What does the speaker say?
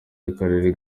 akarere